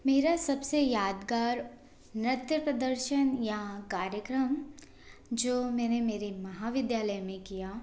मेरा सबसे यादगार नृत्य प्रदर्शन या कार्यक्रम जो मैंने मेरे महाविद्यालय में किया